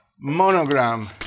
monogram